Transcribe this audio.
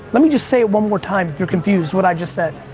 let me just say it one more time if you're confused what i just said.